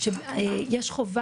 חברי הכנסת, יש לכם